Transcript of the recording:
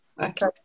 Okay